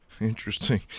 Interesting